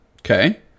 Okay